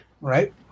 right